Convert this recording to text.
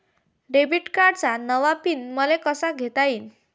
Debit कार्डचा नवा PIN मले कसा घेता येईन?